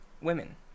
women